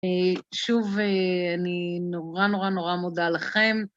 שוב, אני נורא נורא נורא מודה לכם.